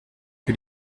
que